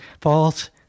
false